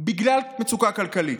בגלל מצוקה כלכלית,